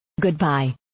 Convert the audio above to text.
Goodbye